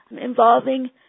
involving